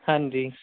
ਹਾਂਜੀ